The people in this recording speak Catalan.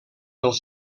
pel